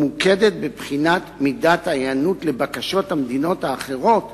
וממוקדת במידת ההיענות לבקשות המדינות האחרות